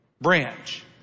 Branch